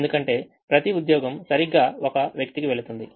ఎందుకంటే ప్రతి ఉద్యోగం సరిగ్గా ఒక వ్యక్తికి వెళుతుంది